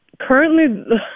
currently